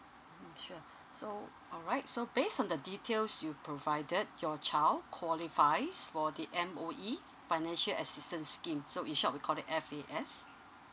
mm sure so alright so based on the details you provided your child qualifies for the M_O_E financial assistance scheme so in short we call it F_A_S